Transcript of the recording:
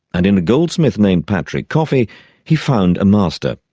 and in a goldsmith named patrick coffee he found a master.